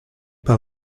pas